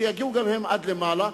שיגיעו גם הם עד למעלה,